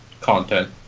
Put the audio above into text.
content